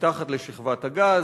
מתחת לשכבת הגז,